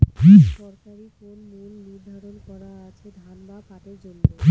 সরকারি কোন মূল্য নিধারন করা আছে ধান বা পাটের জন্য?